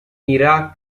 iraq